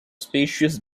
spacious